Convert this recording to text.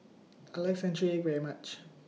I like Century Egg very much